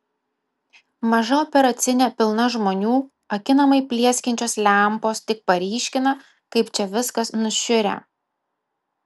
maža operacinė pilna žmonių akinamai plieskiančios lempos tik paryškina kaip čia viskas nušiurę